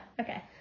okay